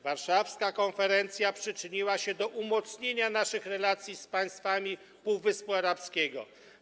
Warszawska konferencja przyczyniła się do umocnienia naszych relacji z państwami Półwyspu Arabskiego.